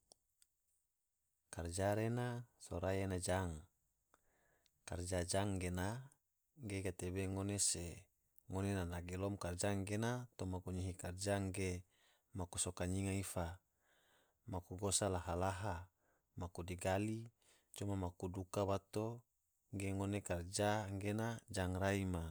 Karja rena sorai ena jang, karja jang gena ge gatebe ngone se ngone na dagilom karja gena toma gunyihi karja ge maku soka nyinga ifa maku gosa laha-laha, maku digali coma maku duka bato ge ngone karja gena jang rai ma.